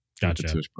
Gotcha